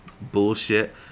bullshit